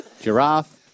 Giraffe